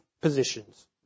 positions